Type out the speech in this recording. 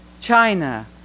China